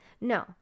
No